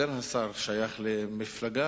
שסגן השר שייך למפלגה